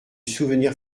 souvenir